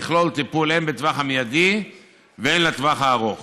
ויכלול טיפול הן בטווח המיידי והן בטווח הארוך,